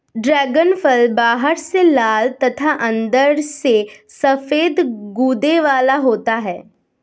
dragon फल बाहर से लाल तथा अंदर से सफेद गूदे वाला होता है